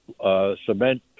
Cement